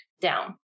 down